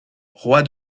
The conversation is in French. roi